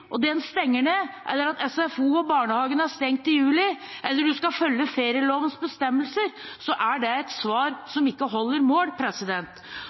en jobber i industrien og den stenger ned, SFO og barnehagene er stengt i juli, eller hvis en skal følge ferielovens bestemmelser, så er det et svar som ikke holder mål.